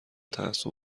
تعصب